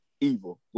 evil